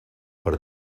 per